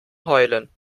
heulen